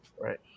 right